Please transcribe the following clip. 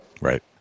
Right